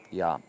ja